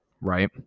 right